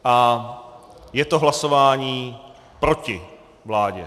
A je to hlasování proti vládě.